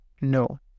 No